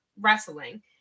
wrestling